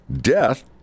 death